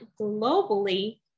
globally